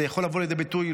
זה יכול לבוא לידי ביטוי,